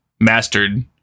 mastered